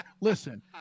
Listen